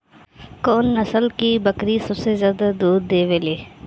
कौन नस्ल की बकरी सबसे ज्यादा दूध देवेले?